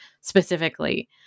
specifically